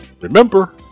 Remember